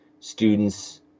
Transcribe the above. students